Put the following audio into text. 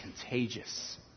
contagious